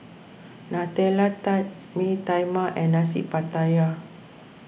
Nutella Tart Mee Tai Mak and Nasi Pattaya